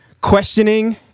questioning